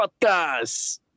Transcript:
Podcast